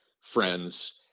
friends